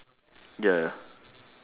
ya ya